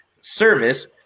service